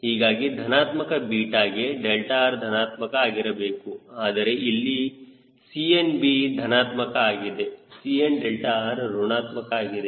ಹೀಗಾಗಿ ಧನಾತ್ಮಕ ಬೀಟಾಗೆ 𝛿r ಧನಾತ್ಮಕ ಆಗಿರುತ್ತದೆ ಆದರೆ ಇಲ್ಲಿ Cnಧನಾತ್ಮಕ ಆಗಿದೆ Cnr ಋಣಾತ್ಮಕ ಆಗಿದೆ